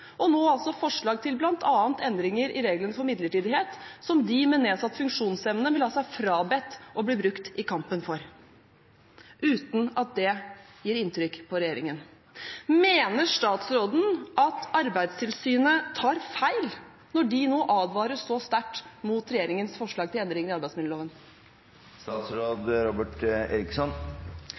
og nå altså forslag til bl.a. endringer i regelen for midlertidighet, som de med nedsatt funksjonsevne vil ha seg frabedt å bli brukt i kampen for – uten at det gjør inntrykk på regjeringen. Mener statsråden at Arbeidstilsynet tar feil når de nå advarer så sterkt mot regjeringens forslag til endringer i arbeidsmiljøloven?